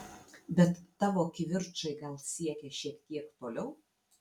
bet tavo kivirčai gal siekė šiek tiek toliau